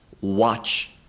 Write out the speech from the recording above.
watch